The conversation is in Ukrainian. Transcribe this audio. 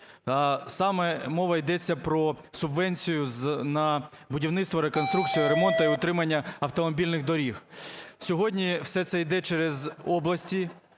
Саме мова, йдеться про субвенцію на будівництво, реконструкцію, ремонт і утримання автомобільних доріг. Сьогодні все це йде через області.